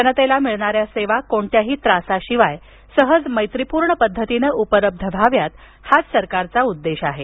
जनतेला मिळणाऱ्या सेवा कोणत्याही त्रासाशिवाय सहज मैत्रीपूर्ण पद्धतीनं उपलब्ध व्हाव्यात हाच सरकारचा उद्देश आहे